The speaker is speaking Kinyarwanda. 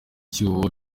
icyuho